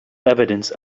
evidence